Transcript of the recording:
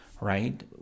right